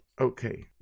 Okay